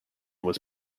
was